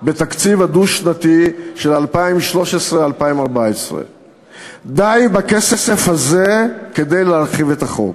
בתקציב הדו-שנתי של 2013 2014. די בכסף הזה כדי להרחיב את החוק.